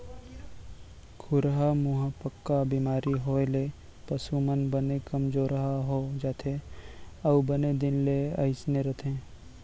खुरहा मुहंपका बेमारी होए ले पसु मन बने कमजोरहा हो जाथें अउ बने दिन ले अइसने रथें